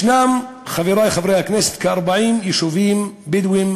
ישנם, חברי חברי הכנסת, כ-40 יישובים בדואיים